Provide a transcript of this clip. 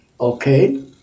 okay